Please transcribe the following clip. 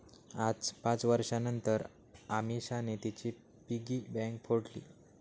आज पाच वर्षांनतर अमीषाने तिची पिगी बँक फोडली